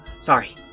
Sorry